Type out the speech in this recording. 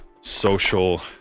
social